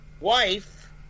wife